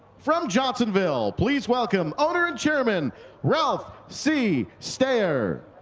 from johnsonville please welcome owner and chairman ralph c. stare.